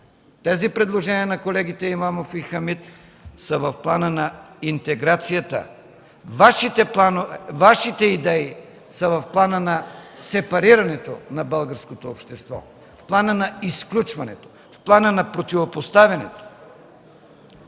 Тези предложения на колегите Имамов и Хамид са в плана на интеграцията. Вашите идеи са в плана на сепарирането на българското общество, плана на изключването, плана на противопоставянето.